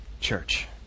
church